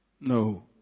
No